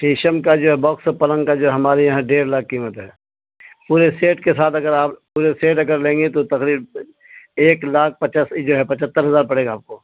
شیشم کا جو ہے باکس ا فلن کا جو ہمارے یہاں ڈیڑھ لاکھ قیمت ہے پورے سیٹ کے ساتھ اگر آپ پورے سیٹ اگر لیں گے تو تقریب ایک لاکھ پچاس جو ہے پچہتر ہزار پڑے گا آپ کو